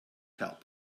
help